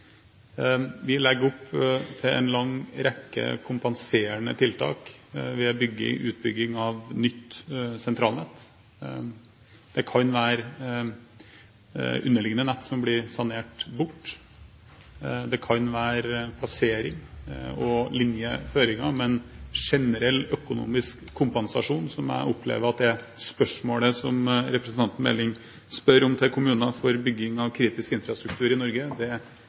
Vi legger opp til en lang rekke kompenserende tiltak ved utbygging av nytt sentralnett. Det kan være underliggende nett som blir sanert bort, det kan være plassering og linjeføringer, men generell økonomisk kompensasjon – som jeg opplever er spørsmålet som representanten Meling stiller – til kommuner for bygging av kritisk infrastruktur i Norge